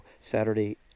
Saturday